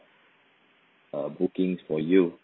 err bookings for you